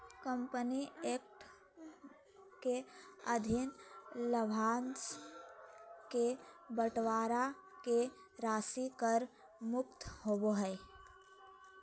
company act के अधीन लाभांश के बंटवारा के राशि कर मुक्त होबो हइ